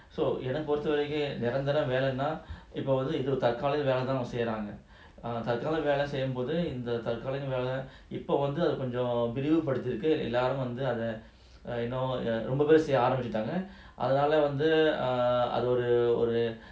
so என்னபொறுத்தவரைக்கும்நிரந்தரவேலைனாஇப்பவந்துதற்காலிகவேலைதான்அவங்கசெய்றாங்கதற்காலிகவேலசெய்யும்பொதுஇந்ததற்காலிகவேலஇப்பவந்துஅதகொஞ்சம்விரிவுபடுத்திருக்குஎல்லோரும்வந்துஅதரொம்பபெருசெய்யஆரம்பிச்சிட்டாங்கஅதனாலாவந்துஅதனாலஒருஒரு:enna poruthavaraikum niranthara velaina ippa vandhu tharkaliga velaithan avanga seiranga tharkaliga vela seyumpothu indha tharkaliga vela ipa vandhu adha konjam virivu paduthiruku ellorum vandhu adha romba peru seyya arambichitanga adhanala vandhu adhanala oru